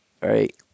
right